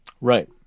Right